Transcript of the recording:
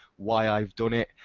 why i've done it,